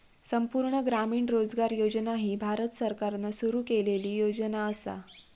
संपूर्ण ग्रामीण रोजगार योजना ही भारत सरकारान सुरू केलेली योजना असा